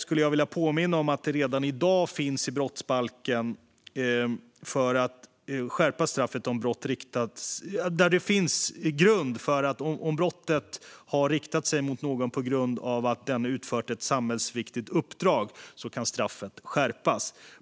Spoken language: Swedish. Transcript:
Låt mig påminna om att det redan i dag finns stöd i brottsbalken för att skärpa straffet om brottet riktat sig mot någon på grund av att denne utfört ett samhällsviktigt uppdrag.